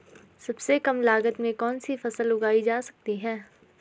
सबसे कम लागत में कौन सी फसल उगाई जा सकती है